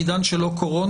בעידן של לא-קורונה,